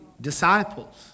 disciples